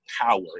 power